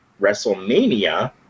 WrestleMania